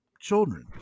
children